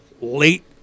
late